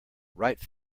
write